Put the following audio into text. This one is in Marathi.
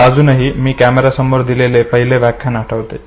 मला अजूनही मी कॅमेरासमोर दिलेले पहिले व्याख्यान आठवते